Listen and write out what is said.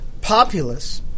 populace